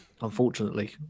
unfortunately